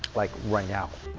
like, right now.